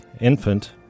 infant